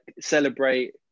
celebrate